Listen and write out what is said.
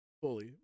fully